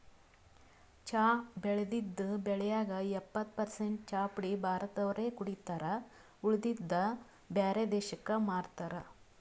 ಚಾ ಬೆಳದಿದ್ದ್ ಬೆಳ್ಯಾಗ್ ಎಪ್ಪತ್ತ್ ಪರಸೆಂಟ್ ಚಾಪುಡಿ ಭಾರತ್ ದವ್ರೆ ಕುಡಿತಾರ್ ಉಳದಿದ್ದ್ ಬ್ಯಾರೆ ದೇಶಕ್ಕ್ ಮಾರ್ತಾರ್